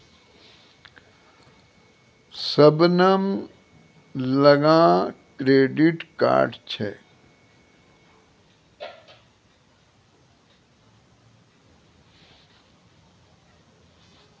शबनम लगां credit card छै